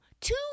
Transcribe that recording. two